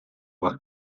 вашу